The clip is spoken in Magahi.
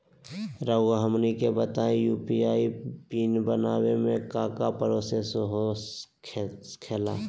रहुआ हमनी के बताएं यू.पी.आई पिन बनाने में काका प्रोसेस हो खेला?